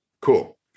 cool